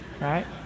right